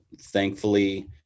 thankfully